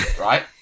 right